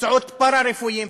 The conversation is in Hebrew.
מקצועות פארה-רפואיים,